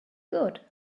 good